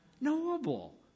Knowable